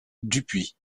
dupuis